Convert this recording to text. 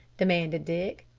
demanded dick.